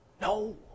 No